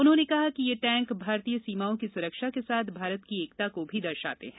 उन्होंने कहा कि ये टैंक भारतीय सीमाओं की सुरक्षा के साथ भारत की एकता को भी दर्शाते हैं